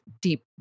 deep